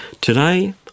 Today